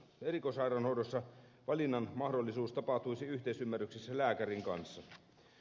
erikoissairaanhoidossa valinnanmahdollisuus tapahtuisi yhteisymmärryksessä lääkärin kanssa